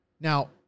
Now